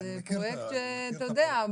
זה פרויקט שאתה יודע,